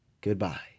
Goodbye